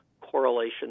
correlation